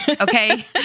Okay